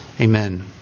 Amen